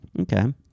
Okay